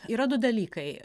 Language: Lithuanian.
yra du dalykai